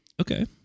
Okay